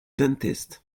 dentist